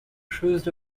cruised